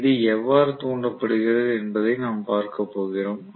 இது எவ்வாறு தூண்டப்படுகிறது என்பதை நாம் பார்க்கப் போகிறோம்